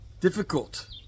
difficult